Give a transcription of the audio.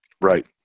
Right